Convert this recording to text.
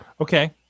Okay